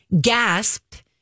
gasped